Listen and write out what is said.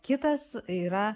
kitas yra